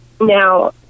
Now